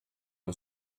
uma